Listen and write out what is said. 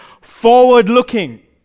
forward-looking